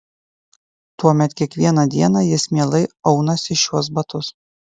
tuomet kiekvieną dieną jis mielai aunasi šiuos batus